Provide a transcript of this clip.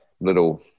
little